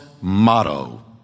motto